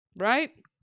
right